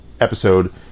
episode